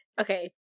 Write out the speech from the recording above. Okay